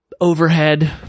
overhead